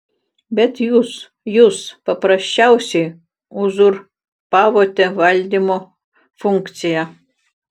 bet jūs jūs paprasčiausiai uzurpavote valdymo funkciją